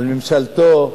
על ממשלתו?